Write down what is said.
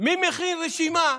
מי מכין רשימה,